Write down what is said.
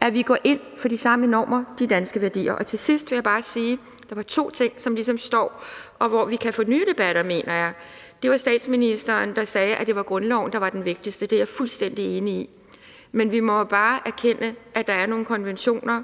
at vi går ind for de samme normer, de danske værdier. Til sidst vil jeg bare sige, at der er to ting, der ligesom står tilbage, og som vi kan få nye debatter om, mener jeg. Den ene er det, statsministeren sagde, nemlig at det er grundloven, der er den vigtigste. Det er jeg fuldstændig enig i. Men vi må bare erkende, at der er nogle konventioner,